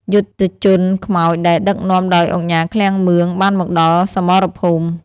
យុទ្ធជនខ្មោចដែលដឹកនាំដោយឧកញ៉ា ឃ្លាំងមឿង បានមកដល់សមរភូមិ។